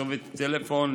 קצובת טלפון,